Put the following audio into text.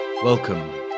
Welcome